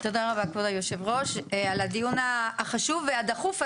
תודה כבוד היושב-ראש על הדיון החשוב והדחוף הזה.